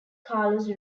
carlos